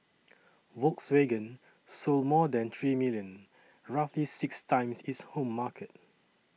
Volkswagen sold more than three million roughly six times its home market